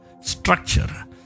structure